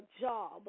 job